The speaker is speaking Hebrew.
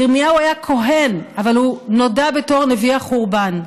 ירמיהו היה כוהן, אבל הוא נודע בתור נביא החורבן,